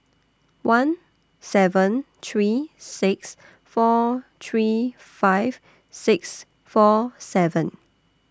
one seven three six four three five six four seven